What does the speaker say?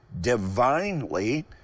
divinely